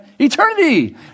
eternity